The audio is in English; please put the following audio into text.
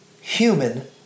human